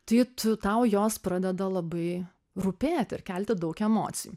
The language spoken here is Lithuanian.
tai tu tau jos pradeda labai rūpėt ir kelti daug emocijų